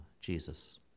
Jesus